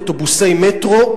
אוטובוסי-מטרו,